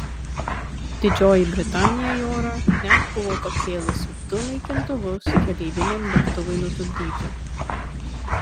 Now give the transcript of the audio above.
didžioji britanija į orą net buvo pakėlusi du naikintuvus keleiviniam lėktuvui nutupdyti